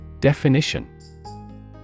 Definition